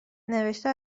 نوشته